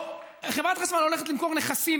חברת החשמל הולכת למכור נכסים,